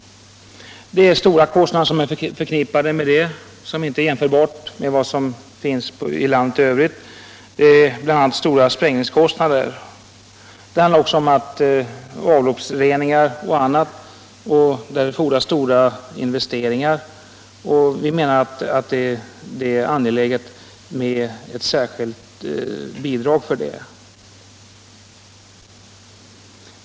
Stora kostnader är förknippade med detta, och det är inte jämförbart med vad som förekommer i landet i övrigt. Det handlar om stora sprängningskostnader, om avloppsreningar och annat, och där fordras betydande investeringar. Vi menar att det är angeläget med ett särskilt bidrag härvidlag.